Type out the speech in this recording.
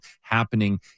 happening